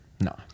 No